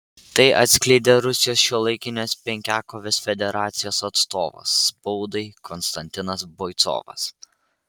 tai atskleidė rusijos šiuolaikinės penkiakovės federacijos atstovas spaudai konstantinas boicovas